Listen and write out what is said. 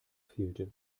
fehlte